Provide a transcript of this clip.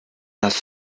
hast